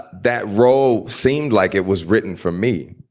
that role seemed like it was written for me.